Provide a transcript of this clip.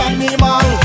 Animal